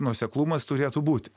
nuoseklumas turėtų būti